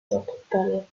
doppelpaddel